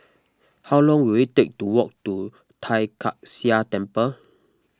how long will it take to walk to Tai Kak Seah Temple